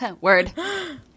Word